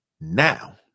Now